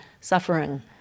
suffering